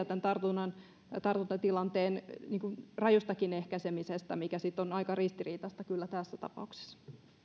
tämän tartuntatilanteen niin kuin rajustakin ehkäisemisestä mikä on sitten aika ristiriitaista kyllä tässä tapauksessa ja